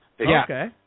Okay